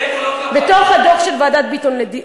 בתוך הדוח של ועדת ביטון,